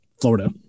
Florida